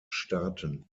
staaten